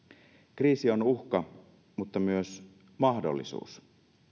kriisi on uhka mutta myös mahdollisuus